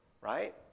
right